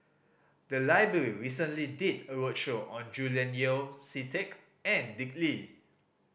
the library recently did a roadshow on Julian Yeo See Teck and Dick Lee